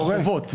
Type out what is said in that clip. יש החובות,